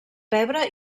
pebre